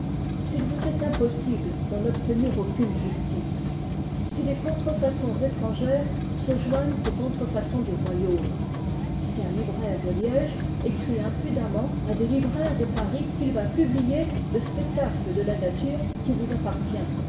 s'il vous est impossible d'en obtenir aucune justice si les contrefaçons étrangères se joignent aux contrefaçons du royaume si un libraire de liège écrit impudemment à des libraires de paris qu'il va publier le spectacle de la nature qui vous appartient